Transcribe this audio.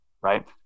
right